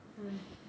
!hais!